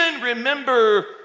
remember